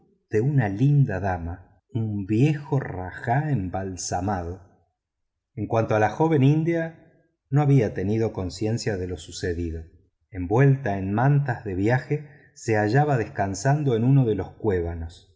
de la linda dama un viejo rajá embalsamado en cuanto a la joven india no había tenido conciencia de lo sucedido envuelta en mantas de viaje se hallaba descansando en uno de los cuévanos